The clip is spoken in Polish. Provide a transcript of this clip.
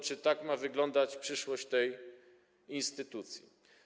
Czy tak ma wyglądać przyszłość tej instytucji?